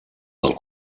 del